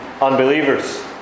unbelievers